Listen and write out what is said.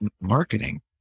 marketing